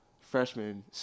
freshman